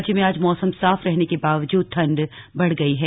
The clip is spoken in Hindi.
राज्य में आज मौसम साफ रहने के बावजूद ठन्ड बढ़ गयी है